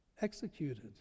executed